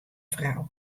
frou